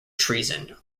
treason